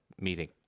meeting